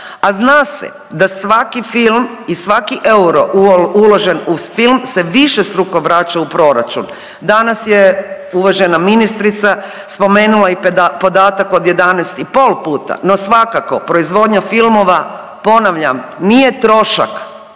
a zna se da svaki film i svaki euro uložen uz film se višestruko vraća u proračun. Danas je uvažena ministrica spomenula i podatak od 11,5 puta no svakako proizvodnja filmova ponavljam nije trošak,